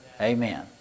Amen